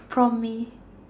prompt me